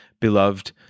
Beloved